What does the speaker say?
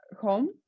home